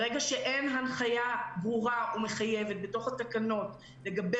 אין הנחיה ברורה ומחייבת בתוך התקנות לגבי